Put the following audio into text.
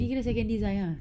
ini saya kena design lah